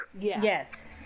Yes